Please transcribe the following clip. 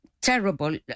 terrible